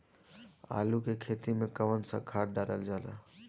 आलू के खेती में कवन सा खाद डालल जाला?